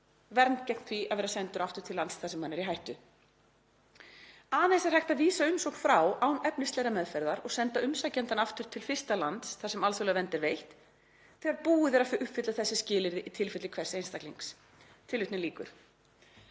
vernd gegn því að vera send aftur til lands þar sem hann er í hættu. Aðeins er hægt að vísa umsókn frá án efnislegrar meðferðar og senda umsækjandann aftur til fyrsta lands þar sem alþjóðleg vernd er veitt þegar búið er að uppfylla þessi skilyrði í tilfelli hvers einstaklings.“ Aftur,